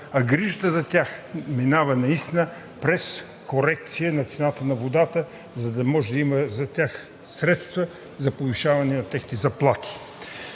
а грижата за тях минава наистина през корекция на цената на водата, за да може да има средства за повишаване на техните заплати.